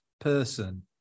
person